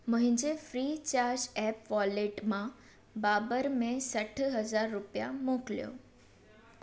मुंहिंजे Freecharge app wallet मां बाबर में सठि हज़ार रुपिया मोकिलियो